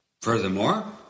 Furthermore